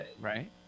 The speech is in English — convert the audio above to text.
Right